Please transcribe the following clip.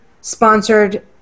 sponsored